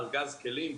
ארגז כלים,